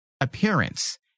appearance